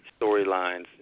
storylines